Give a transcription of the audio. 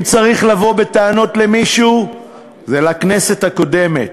אם צריך לבוא בטענות למישהו זה לכנסת הקודמת,